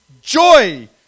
joy